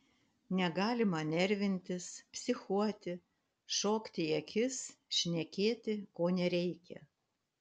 negalima nervintis psichuoti šokti į akis šnekėti ko nereikia